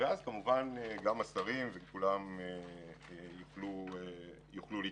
ואז גם השרים יוכלו להתייחס.